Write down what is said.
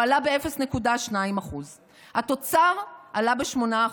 הוא עלה ב-0.2%; התוצר עלה ב-8%,